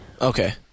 Okay